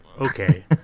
okay